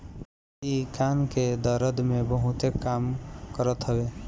इ कान के दरद में बहुते काम करत हवे